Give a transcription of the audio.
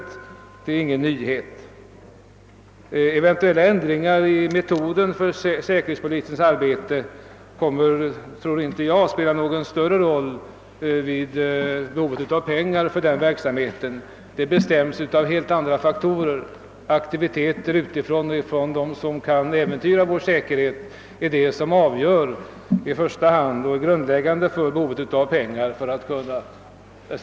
Jag tror för min del inte att eventuella ändringar i metoderna för säkerhetspolisens arbete kommer att spela någon större roll när det gäller behovet av pengar för verksamheten. Detta behov bestäms av helt andra faktorer — aktiviteten hos dem som utifrån kan äventyra vår säkerhet är det grundläggande härvidlag. Herr talman!